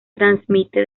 transmite